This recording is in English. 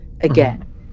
again